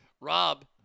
Rob